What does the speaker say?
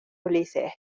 ulises